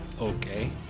Okay